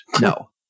No